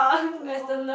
how long